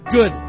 Good